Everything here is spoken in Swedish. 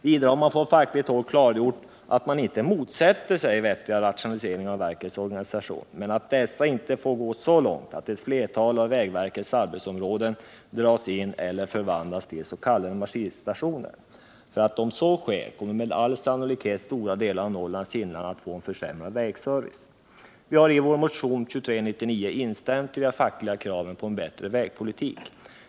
Vidare har man från fackligt håll klargjort att man inte motsätter sig vettiga rationaliseringar av verkets organisation men att dessa inte får gå så långt att ett flertal av vägverkets arbetsområden dras in eller förvandlas till s.k. maskinstationer. Om så sker kommer med all sannolikhet stora delar av Norrlands inland att få en försämrad vägservice. Vi hari vår motion 2399 instämt i de fackliga kraven på en bättre vägpolitik.